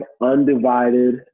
undivided